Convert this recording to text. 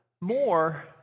more